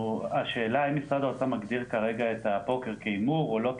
השאלה אם משרד האוצר מגדיר כרגע את הפוקר כהימור או לא כהימור,